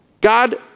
God